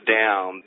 down